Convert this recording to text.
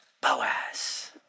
Boaz